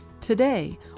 Today